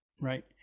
Right